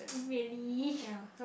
really